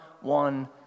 one